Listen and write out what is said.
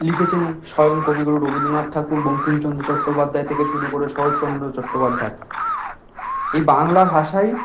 লিখেছেন স্বয়ং কবিগুরু রবীন্দ্রনাথ ঠাকুর বঙ্কিমচন্দ্র চট্টোপাধ্যায় থেকে শুরু করে শরৎচন্দ্র চট্টোপাধ্যায় এই বাংলা ভাষাই